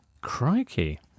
Crikey